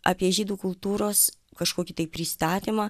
apie žydų kultūros kažkokį tai pristatymą